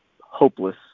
hopeless